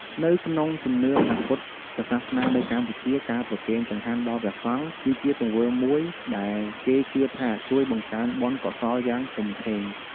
នៅក្នុងជំនឿព្រះពុទ្ធសាសនានៅកម្ពុជា ការប្រគេនចង្ហាន់ដល់ព្រះសង្ឃ គឺជាទង្វើមួយដែលគេជឿថាជួយបង្កើនបុណ្យកុសលយ៉ាងធំធេង។